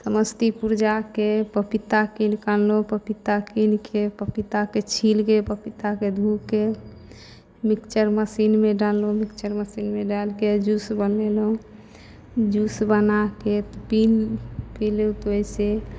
समस्तीपुर जाके पपीता कीनिके अनलहुॅं पपीता कीनिके पपीताके छीलिके पपीताके धोके मिक्सचर मशीनमे डाललहुॅं मिक्सचर मशीनमे डालके जूस बनेलहुॅं जूस बनाके तीन किलो ओहिके